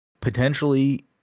Potentially